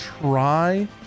try